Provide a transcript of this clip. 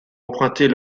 emprunter